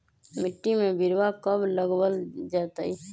मिट्टी में बिरवा कब लगवल जयतई?